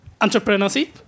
entrepreneurship